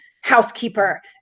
housekeeper